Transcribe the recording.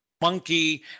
monkey